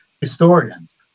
historians